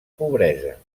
pobresa